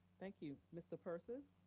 thank you. mr. persis.